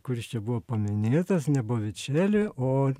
kuris čia buvo paminėtas ne bovičeli o